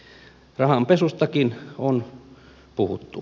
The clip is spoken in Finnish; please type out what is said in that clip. rahanpesustakin on puhuttu